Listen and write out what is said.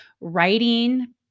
writing